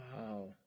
Wow